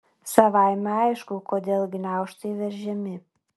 savaime aišku kodėl gniaužtai veržiami